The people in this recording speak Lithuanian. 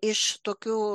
iš tokių